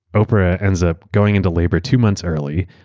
oprah ends up going into labor two months early.